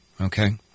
okay